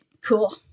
Cool